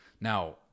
Now